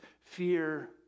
fear